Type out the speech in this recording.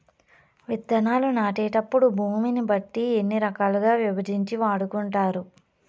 విత్తనాలు నాటేటప్పుడు భూమిని బట్టి ఎన్ని రకాలుగా విభజించి వాడుకుంటారు?